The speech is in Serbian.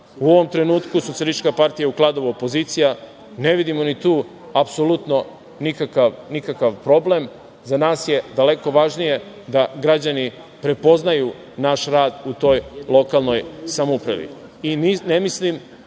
U ovom trenutku SPS u Kladovu je opozicija. Ne vidimo ni tu apsolutno nikakav problem. Za nas je daleko važnije da građani prepoznaju naš rad u toj lokalnoj samoupravi.